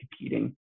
competing